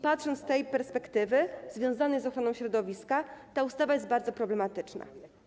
Patrząc z perspektywy związanej z ochroną środowiska, ta ustawa jest bardzo problematyczna.